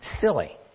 silly